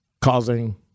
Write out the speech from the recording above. causing